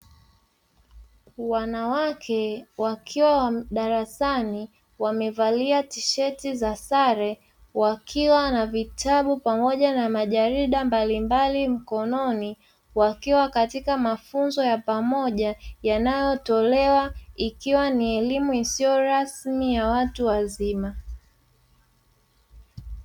Wanawake wakiwa darasani wamevalia tisheti za sare wakiwa na vitabu pamoja na majarida mbalimbali mkononi, wakiwa katika mafunzo ya pamoja yanayotolewa, ikiwa ni elimu isiyo rasmi ya watu wazima.